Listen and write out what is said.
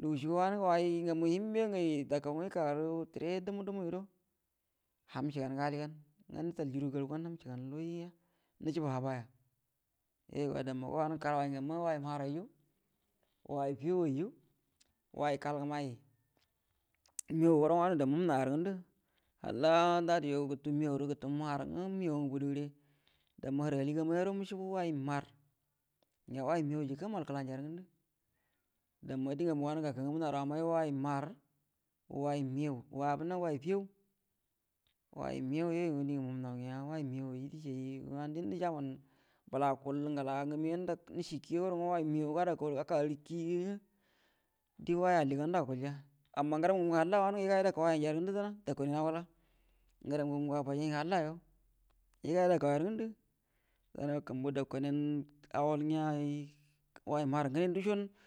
lugu cie wanən way ngamu yəda kaungnə yaka gərə təre dumu dumu yuo guəro ham cəagan gə aligan, nətal ju ru garuə ngwa’ nhəm cəagan, layi gəa nəcəabu haba ya, yoyuga damma ga wanənga kala way ngamma, way mahar ayyu, way feyayyu, way kagəma, məhaw guəran wanəngə damma mhəmnawa, halla dadayo gutə maharrə gutə məhaw, məhaw gə budu gəre, damma hərə aligamu yaro məcəabu way mahar gəa way məhaw jəkə bal kəlan ja rə ngəmdu damma ngam ngə wanəngə kaka ngamu naruwa gəmay die go way mahar, way məyau way fəyaw, way fəyaw, gou yungə diengə mhəmnau gəa way məyaw ayru dəcie yyou, wanə diendə gə jaban bəla akuallə ngalangə nəcie kie guəran nguən məyau fadakau gərə gaka gərə kie ngə, die way alligan guəro akualja, amma ngəram ngamu ngə halla yəga yəda kau kumbuəa ja dakauniya auwal ga ngəram ngamu atəjay ngə halla yuə yəgu yəda kau yarə ngəndu dana’a kumbuə dakau niya auwal gəa uy.